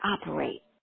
operate